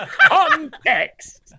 context